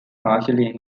partially